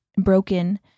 broken